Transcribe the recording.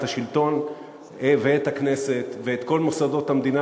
השלטון ואת הכנסת ואת כל מוסדות המדינה,